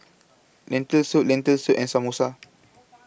Lentil Soup Lentil Soup and Samosa